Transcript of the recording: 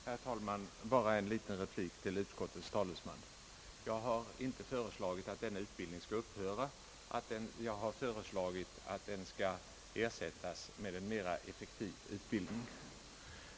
Herr talman! Jag vill bara ge en replik till utskottets talesman. Jag har inte föreslagit att denna utbildning skall upphöra. Jag har föreslagit att den skall ersättas med en mera effektiv utbildning.